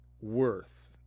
worth